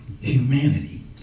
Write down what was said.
humanity